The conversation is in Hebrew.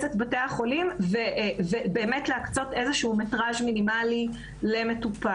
את בתי החולים ובאמת להקצות איזשהו מטראז' מינימלי למטופל.